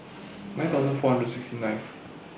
nine thousand four hundred and sixty ninth